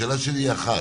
השאלה שלי היא אחת